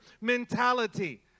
mentality